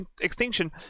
extinction